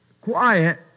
quiet